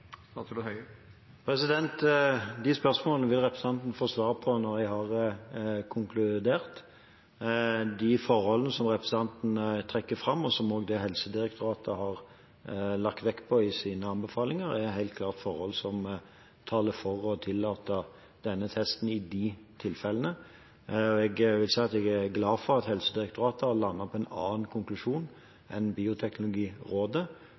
De spørsmålene vil representanten få svar på når jeg har konkludert. De forholdene som representanten trekker fram, og som også Helsedirektoratet har lagt vekt på i sin anbefaling, er helt klart forhold som taler for å tillate denne testen i de tilfellene. Jeg er glad for at Helsedirektoratet har landet på en annen